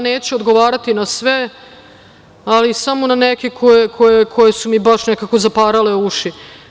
Neću odgovarati na sve, ali samo na neke koje su mi baš nekako zaparale uši.